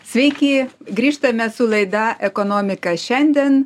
sveiki grįžtame su laida ekonomika šiandien